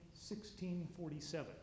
1647